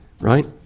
right